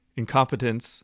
incompetence